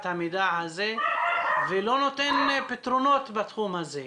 המידע הזה ולא נותן פתרונות בתחום הזה.